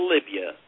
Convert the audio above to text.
Libya